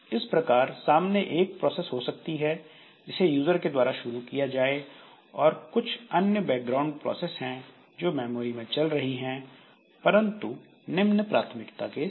इस प्रकार सामने एक प्रोसेस हो सकती है जिसे यूजर के द्वारा शुरू किया जाए और कुछ अन्य बैकग्राउंड प्रोसेस हैं जो मेमोरी में चल रही है परंतु निम्न प्राथमिकता के साथ